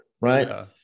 right